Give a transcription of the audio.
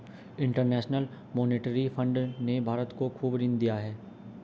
international monetary fund ने भारत को खूब ऋण दिया है